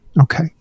Okay